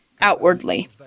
outwardly